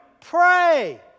pray